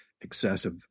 excessive